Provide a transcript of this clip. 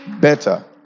better